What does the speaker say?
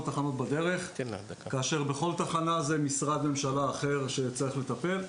בדרך כאשר כל תחנה זה משרד ממשלה אחר שצריך לטפל.